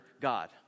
God